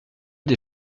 des